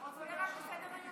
אז זה יורד מסדר-היום.